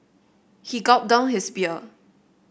he gulped down his beer